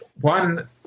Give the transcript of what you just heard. one